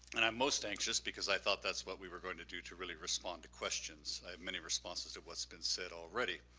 and i'm most anxious because i thought that's what we were going to do to really respond to questions. i have many responses to what's been said already.